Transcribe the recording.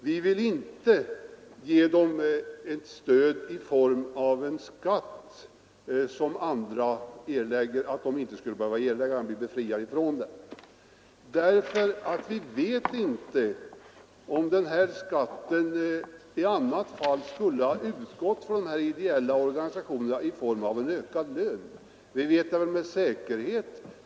Vi vill inte ge dem ett stöd i form av befrielse från en skatt som andra måste erlägga därför att vi inte vet om den arbetsgivaravgiftsbefrielsen i så fall skulle utgå i form av ökad lön från de ideella organisationerna.